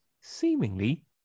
seemingly